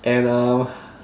and uh